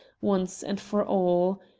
once and for all.